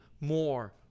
more